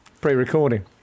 pre-recording